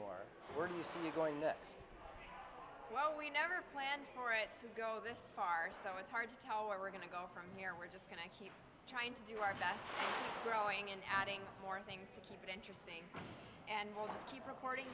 see you going well we never planned for it to go this far so it's hard to tell where we're going to go from here we're just going to keep trying to do our best growing and adding more things to keep it interesting and we'll keep recording